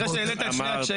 אחרי שהעלית את שני הקשיים.